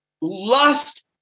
Lust